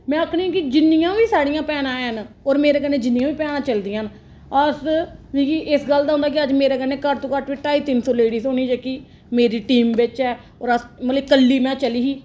में आखनियां कि जिन्नियां बी साढ़ियां भैना ऐ न होर मेरे कन्नै जिन्नियां बी भैनां चलदियां न अस मिगी इस गल्ल दा होंदा कि अज्ज मेरे कन्नै घट्ट तू घट्ट ढाई तिन सौ लेडीज होनी जेह्की मेरी टीम बिच्च ऐ होर अस मतलब कल्ली में चली ही